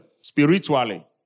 spiritually